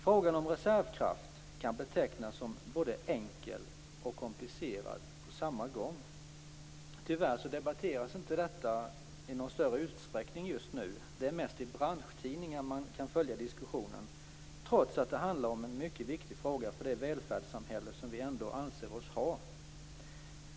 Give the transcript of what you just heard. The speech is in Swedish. Frågan om reservkraft kan betecknas som både enkel och komplicerad på samma gång. Tyvärr debatteras inte detta i någon större utsträckning just nu. Det är mest i branschtidningar man kan följa diskussionen, trots att det handlar om en mycket viktig fråga för det välfärdssamhälle som vi ändå anser oss ha.